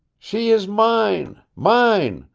she is mine, mine,